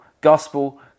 gospel